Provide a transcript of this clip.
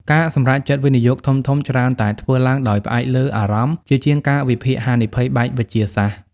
ការសម្រេចចិត្តវិនិយោគធំៗច្រើនតែធ្វើឡើងដោយផ្អែកលើ "អារម្មណ៍" ជាជាងការវិភាគហានិភ័យបែបវិទ្យាសាស្ត្រ។